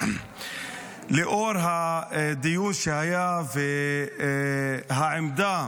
לאור הדיון שהיה והעמדה